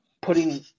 putting